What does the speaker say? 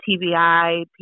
TBI